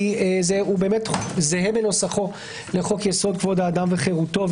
כי הוא באמת זהה בנוסחו לחוק-יסוד: כבוד האדם וחירותו,